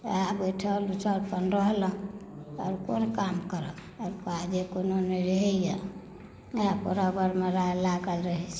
वएह बैठल उठल अपन रहलहुँ आओर कोन काम करब आओर काजे नहि कोनो रहैया वएह परब आरमे लागल रहै छी